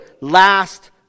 last